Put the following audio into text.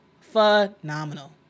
phenomenal